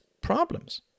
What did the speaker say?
problems